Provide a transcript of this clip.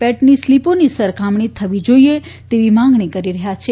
પેટની સ્લીપોની સરખામણી થવી જોઈએ તેવી માગણી કરી રહ્યા છે